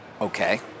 Okay